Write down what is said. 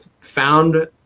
found